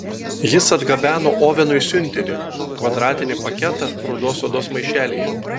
jis atgabeno ovenui siuntinį kvadratinį paketą rudos odos maišelyje